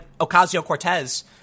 Ocasio-Cortez